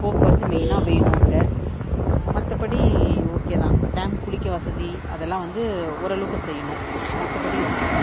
போக்குவரத்து மெய்னாக வேணும் அங்கே மற்றப்படி ஓகே தான் டேம் குளிக்க வசதி அதெல்லாம் வந்து ஓரளவுக்கு செய்யணும் மற்றப்படி ஓகே